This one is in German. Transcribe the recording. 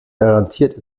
garantiert